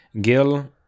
Gil